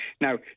Now